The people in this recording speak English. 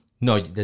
No